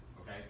okay